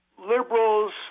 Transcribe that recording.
liberals